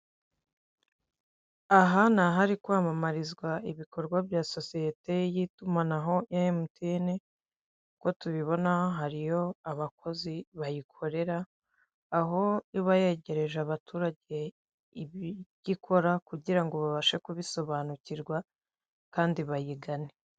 Aha ni ahari kwamamarizwa ibikorwa bya sosiyete y'itumanaho ya emutiyeni, uko tubibona hariyo abakozi bayikorera, aho iba yegereje abaturage ibyo ikora kugira ngo babashe kubisobanukirwa kandi bayigane.